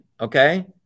okay